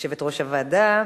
יושבת-ראש הוועדה